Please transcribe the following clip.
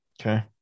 Okay